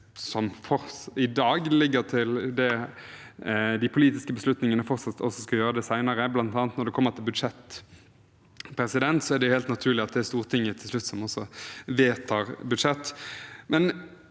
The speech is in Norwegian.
som i dag ligger til de politiske beslutningene, fortsatt skal gjøre det senere. Blant annet når det kommer til budsjett, er det helt naturlig at det er Stortinget som til slutt vedtar et budsjett.